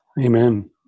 Amen